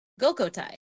Gokotai